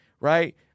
right